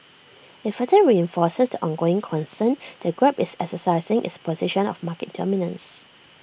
IT further reinforces the ongoing concern that grab is exercising its position of market dominance